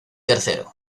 tercero